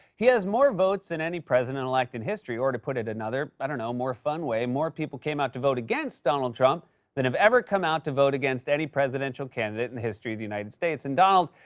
he has more votes than any president-elect in history. or to put it another, i don't know, more fun way, more people came out to vote against donald trump than have ever come out to vote against any presidential candidate in history of the united states. and donald,